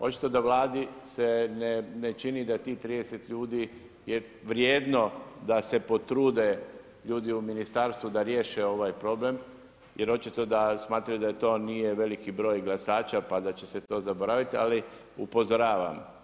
Očito da Vladi se ne čini da tih 30 ljudi je vrijedno da se potrude, ljudi u ministarstvu da riješe ovaj problem jer očito da smatraju da to nije veliki broj glasača pa da će se to zaboraviti, ali upozoravam.